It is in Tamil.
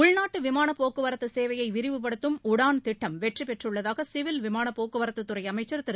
உள்நாட்டு விமானப் போக்குவரத்து சேவையை விரிவுபடுத்தும் உடான் திட்டம் வெற்றி பெற்றுள்ளதாக சிவில் விமான போக்குவரத்துத் துறை அமைச்சர் திரு